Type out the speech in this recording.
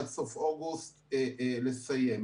עד סוף אוגוסט לסיים.